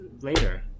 later